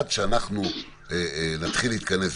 עד שאנחנו נתחיל להתכנס,